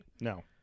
No